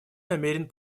намерен